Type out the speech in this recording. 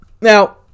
Now